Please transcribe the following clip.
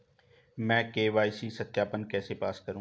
मैं के.वाई.सी सत्यापन कैसे पास करूँ?